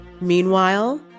Meanwhile